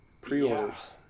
pre-orders